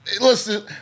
listen